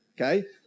Okay